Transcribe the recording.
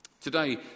Today